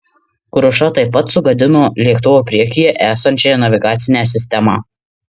kruša taip pat sugadino lėktuvo priekyje esančią navigacinę sistemą